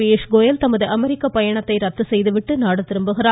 பியூஷ்கோயல் தமது அமெரிக்க பயணத்தை ரத்து செய்துவிட்டு நாடு திரும்புகிறார்